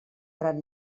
gran